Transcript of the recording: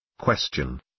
Question